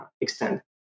Extend